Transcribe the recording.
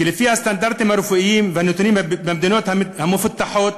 כי לפי הסטנדרטים הרפואיים והנתונים במדינות המפותחות,